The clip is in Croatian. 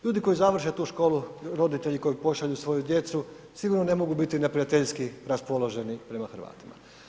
Ljudi koji završe tu školu, roditelji koji pošalju svoju djecu sigurno ne mogu biti neprijateljski raspoloženi prema Hrvatima.